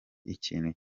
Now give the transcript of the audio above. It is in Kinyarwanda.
ikintu